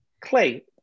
clay